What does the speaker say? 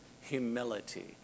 humility